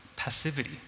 Passivity